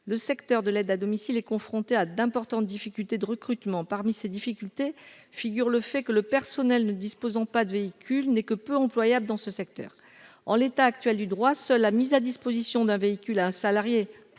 Le secteur de l'aide à domicile est confronté à d'importantes difficultés de recrutement. Parmi ces difficultés figure le fait que le personnel ne disposant pas de véhicule n'est que peu employable dans ce secteur. En l'état actuel du droit, seule la mise à disposition d'un véhicule à un salarié